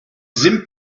sim